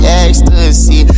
ecstasy